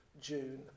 June